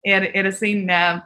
ir ir jisai ne